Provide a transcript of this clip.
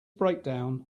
breakdown